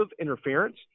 interference